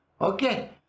okay